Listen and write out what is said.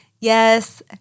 yes